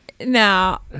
Now